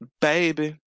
Baby